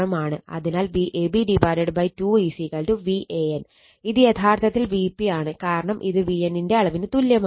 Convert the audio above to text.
അതിനാൽ Vab 2 Van ഇത് യഥാർത്ഥത്തിൽ Vp ആണ് കാരണം ഇത് Van ന്റെ അളവിന് തുല്യമാണ്